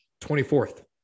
24th